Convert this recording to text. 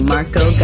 Marco